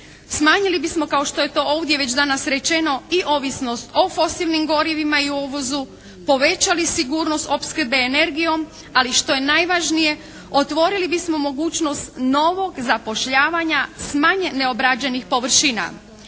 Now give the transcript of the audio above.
smanjili bismo kao što je to ovdje već danas rečeno i ovisnost o fosilnim gorivima i o uvozu, povećali sigurnost opskrbe energijom, ali što je najvažnije otvorili bismo mogućnost novog zapošljavanja s manje neobrađenih površina.